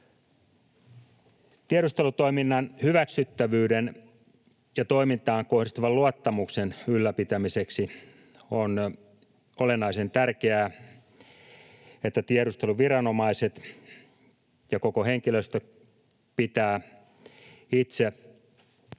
Tiedustelutoiminnan hyväksyttävyyden ja toimintaan kohdistuvan luottamuksen ylläpitämiseksi on olennaisen tärkeää, että tiedusteluviranomaiset ja koko henkilöstö pitävät itse yllä